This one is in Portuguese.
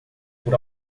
por